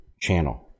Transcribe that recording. channel